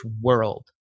world